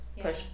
push